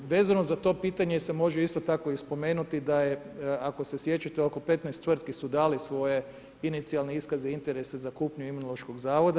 Vezano za to pitanje se može isto tako i spomenuti da je, ako se sjećate, oko 15 tvrtki su dali svoje inicijalne iskaze, interese za kupnju Imunološkog zavoda.